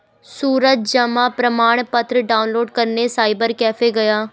सूरज जमा प्रमाण पत्र डाउनलोड करने साइबर कैफे गया